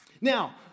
Now